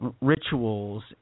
rituals